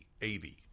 80